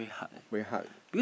very hard